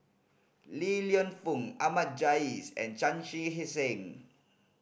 Li Lienfung Ahmad Jais and Chan Chee Seng